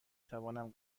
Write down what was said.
توانم